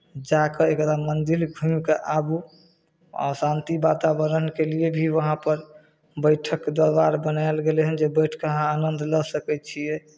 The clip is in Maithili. जा कऽ एकदम मन्दिर घूमि कऽ आबू आ शान्ति वातावरणके लिए भी वहाँपर बैठक दरबार बनायल गेलै हेँ जे बैठि कऽ अहाँ आनन्द लऽ सकै छियै